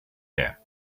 air